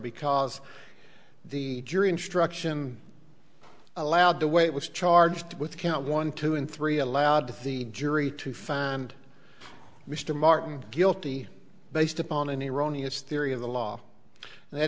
because the jury instruction allowed the way it was charged with count one two and three allowed the jury to find mr martin guilty based upon an iranian styria of the law and that